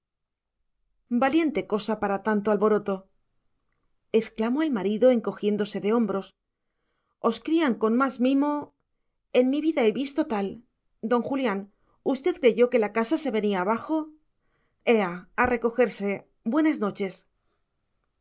valiente cosa para tanto alboroto exclamó el marido encogiéndose de hombros os crían con más mimo en mi vida he visto tal don julián usted creyó que la casa se venía abajo ea a recogerse buenas noches